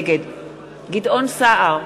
נגד גדעון סער,